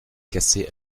cassée